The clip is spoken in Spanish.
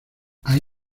hay